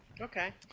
Okay